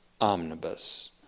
omnibus